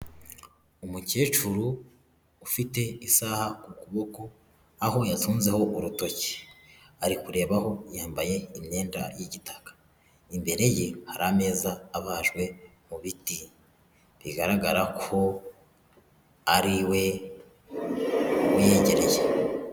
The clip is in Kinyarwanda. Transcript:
Umukecuru ufite isaha ku kuboko aho yatunzeho urutoki, ari kurebaho yambaye imyenda y'igitaka, imbere ye hari ameza abajwe mu biti, bigaragara ko ari iwe yegereye.